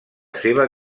seva